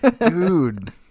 dude